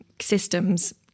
systems